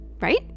right